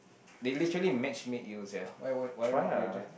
they literally match make you sia why won't why you not you just